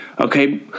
Okay